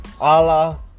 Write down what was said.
Allah